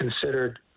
considered